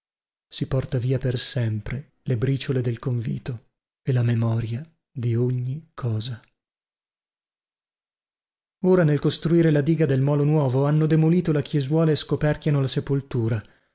si porta via per sempre le briciole del convito e la memoria di ogni cosa ora nel costruire la diga del molo nuovo hanno demolito la chiesuola e scoperchiato la sepoltura